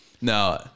No